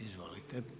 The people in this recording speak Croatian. Izvolite.